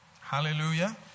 Hallelujah